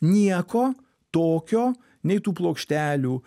nieko tokio nei tų plokštelių